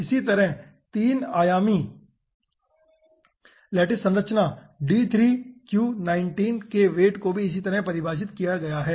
इसी तरह 3 आयामी लैटिस संरचना D3Q19 के वेट को भी इसी तरह परिभाषित किया गया है